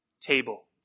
table